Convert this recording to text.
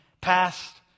past